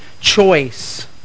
choice